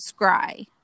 scry